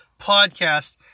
podcast